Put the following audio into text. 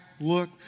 look